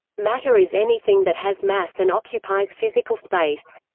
matter is anything that has mass and occupies physical space.